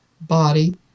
body